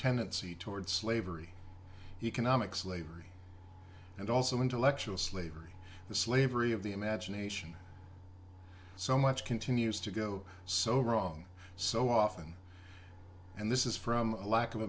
tendency toward slavery economic slavery and also intellectual slavery the slavery of the imagination so much continues to go so wrong so often and this is from a lack of